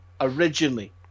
originally